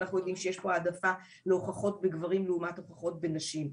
אנחנו יודעים שיש פה העדפה להוכחות בגברים לעומת הוכחות בנשים.